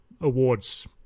awards